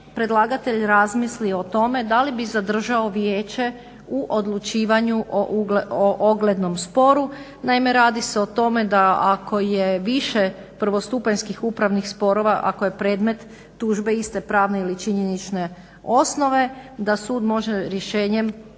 predlagatelj razmisli o tome da li bi zadržao vijeće u odlučivanju o oglednom sporu. Naime, radi se o tome da ako je više prvostupanjskih upravnih sporova, ako je predmet tužbe iste pravne ili činjenične osnove da sud može rješenje odlučit